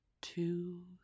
two